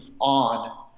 on